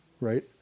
Right